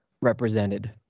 represented